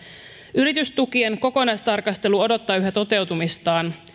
yritystukien kokonaistarkastelu odottaa yhä toteutumistaan